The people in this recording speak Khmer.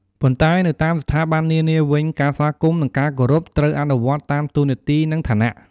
ប៉ុន្តែនៅតាមស្ថាប័ននានាវិញ ការស្វាគមន៍ និងការគោររព ត្រូវអនុវត្តតាមតួនាទីនិងឋានៈ។